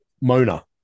Mona